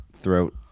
throat